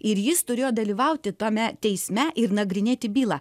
ir jis turėjo dalyvauti tame teisme ir nagrinėti bylą